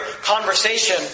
conversation